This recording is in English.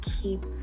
keep